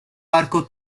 arco